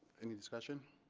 any discussion?